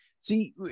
See